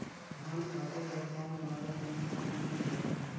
धान काटे बर कम लागत मे कौन मशीन हवय?